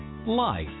Life